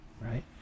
right